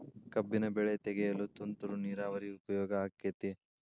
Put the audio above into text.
ಕಬ್ಬಿನ ಬೆಳೆ ತೆಗೆಯಲು ತುಂತುರು ನೇರಾವರಿ ಉಪಯೋಗ ಆಕ್ಕೆತ್ತಿ?